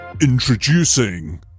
Introducing